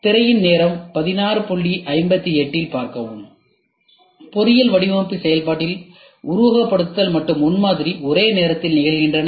திரையின் நேரம் 1658 இல் பார்க்கவும் பொறியியல் வடிவமைப்பு செயல்பாட்டில் உருவகப்படுத்துதல் மற்றும் முன்மாதிரி ஒரே நேரத்தில் நிகழ்கின்றன